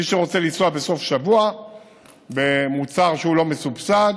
מי שרוצה לנסוע בסוף השבוע במוצר שאינו מסובסד,